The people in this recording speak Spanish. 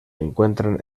encuentran